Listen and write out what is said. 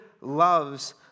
loves